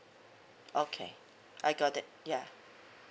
okay I got it yeah